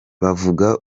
bavuga